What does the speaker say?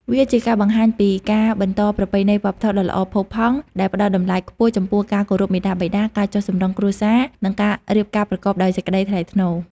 វាជាការបង្ហាញពី ការបន្តប្រពៃណីវប្បធម៌ដ៏ល្អផូរផង់ ដែលផ្តល់តម្លៃខ្ពស់ចំពោះការគោរពមាតាបិតា ការចុះសម្រុងគ្រួសារ និងការរៀបការប្រកបដោយសេចក្តីថ្លៃថ្នូរ។